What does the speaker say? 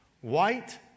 white